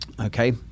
Okay